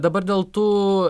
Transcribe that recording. dabar dėl tų